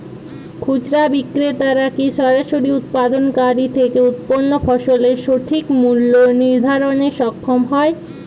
খুচরা বিক্রেতারা কী সরাসরি উৎপাদনকারী থেকে উৎপন্ন ফসলের সঠিক মূল্য নির্ধারণে সক্ষম হয়?